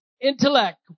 intellect